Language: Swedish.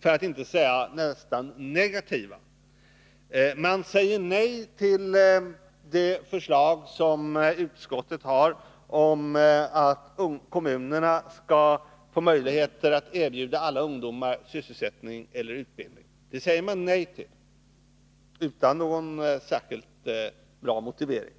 för att inte säga negativa. De säger nej till utskottets förslag om att kommunerna skall få möjligheter att erbjuda alla ungdomar sysselsättning eller utbildning. Det säger man nej till utan någon särskilt bra motivering.